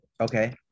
Okay